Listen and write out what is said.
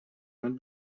man